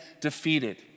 defeated